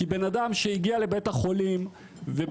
כי בן אדם שהגיע לבית החולים ובסוף